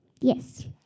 Yes